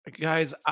guys